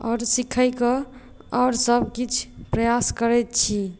आओर सीखय कऽ आओर सभकिछु प्रयास करैत छी